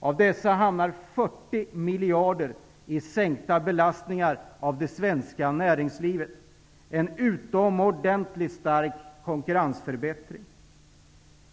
Av dessa hamnar 40 miljarder på sänkta belastningar för det svenska näringslivet. Det är en utomordentligt stark konkurrensförbättring.